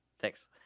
Thanks